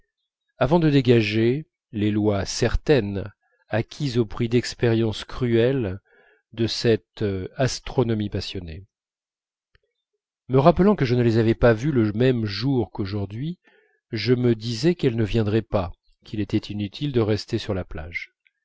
avant de dégager les lois certaines acquises au prix d'expériences cruelles de cette astronomie passionnée me rappelant que je ne les avais pas vues le même jour qu'aujourd'hui je me disais qu'elles ne viendraient pas qu'il était inutile de rester sur la plage